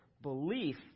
belief